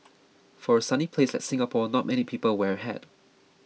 for a sunny place like Singapore not many people wear a hat